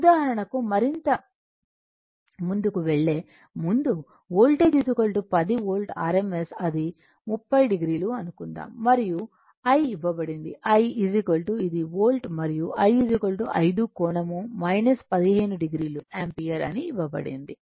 ఉదాహరణకు మరింత ముందుకు వెళ్ళే ముందు వోల్టేజ్ 10 వోల్ట్ rms అది 30o అనుకుందాం మరియు I ఇవ్వబడింది I ఇది వోల్ట్ మరియు I 5 కోణం 15 o యాంపియర్ అని ఇవ్వబడింది